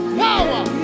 power